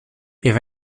est